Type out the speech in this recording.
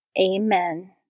Amen